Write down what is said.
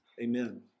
Amen